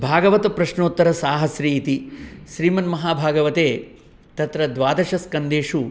भागवतप्रश्नोत्तरसाहस्री इति श्रीमन्महाभागवते तत्र द्वादशस्कन्देषु